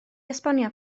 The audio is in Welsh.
esbonio